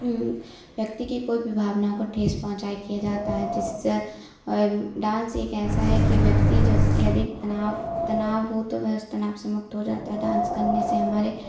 व्यक्ति की कोई भी भावनाओं को ठेस पहुँचाएँ किया जाता है जिससे डांस एक ऐसा है कि व्यक्ति जब यदि तनाव तनाव हो तो वह उस तनाव से मुक्त हो जाता है डांस करने से हमारे